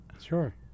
Sure